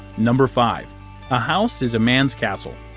number five a house is a man's castle.